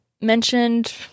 mentioned